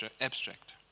abstract